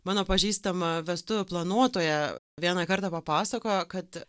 mano pažįstama vestuvių planuotoja vieną kartą papasakojo kad